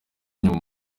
inyuma